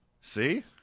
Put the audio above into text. See